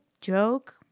joke